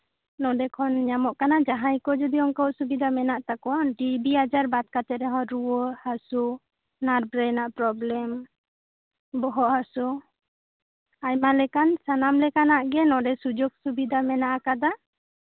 ᱱᱚᱰᱮ ᱠᱷᱚᱱ ᱧᱟᱢᱚᱜ ᱠᱟᱱᱟ ᱡᱟᱦᱟᱸᱭ ᱠᱚ ᱡᱚᱫᱤ ᱚᱱᱠᱟ ᱚᱥᱩᱵᱤᱫᱷᱟ ᱢᱮᱱᱟᱜ ᱛᱟᱠᱚᱣᱟ ᱴᱤᱵᱤ ᱟᱡᱟᱨ ᱵᱟᱫ ᱠᱟᱛᱮᱜ ᱨᱮᱦᱚᱸ ᱨᱩᱣᱟᱹ ᱦᱟᱹᱥᱩ ᱵᱨᱮᱱ ᱨᱮᱱᱟᱜ ᱯᱨᱚᱵᱮᱞᱮᱢ ᱵᱚᱦᱚᱜ ᱦᱟᱹᱥᱩ ᱟᱭᱢᱟ ᱞᱮᱠᱟᱱ ᱥᱟᱱᱟᱢ ᱞᱮᱠᱟᱱᱟᱜ ᱜᱮ ᱱᱚᱰᱮ ᱥᱩᱡᱳᱜᱽ ᱥᱩᱵᱤᱫᱷᱟ ᱢᱮᱱᱟᱜ ᱠᱟᱫᱟ